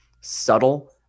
subtle